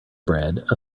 bread